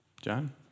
John